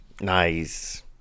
Nice